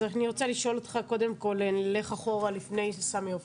אני רוצה לשאול אותך קודם כל נלך אחורה לפני סמי עופר.